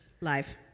live